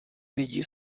lidi